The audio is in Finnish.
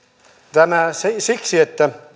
tämä siksi että